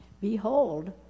Behold